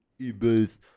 eBay